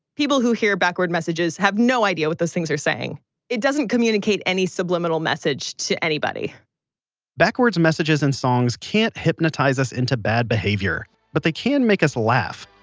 people who hear backward messages have no idea what those things are saying and it doesn't communicate any subliminal message to anybody backwards messages in songs can't hypnotize us into bad behavior. but they can make us laugh.